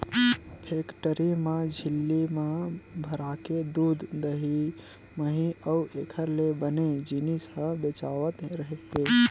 factory म झिल्ली म भराके दूद, दही, मही अउ एखर ले बने जिनिस ह बेचावत हे